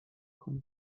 کنید